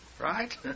right